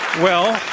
well,